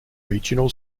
regional